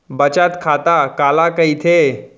बचत खाता काला कहिथे?